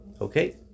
Okay